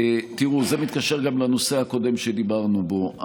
זה מתקשר גם לנושא הקודם שדיברנו בו.